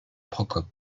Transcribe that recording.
procope